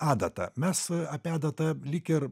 adata mes apie adatą lyg ir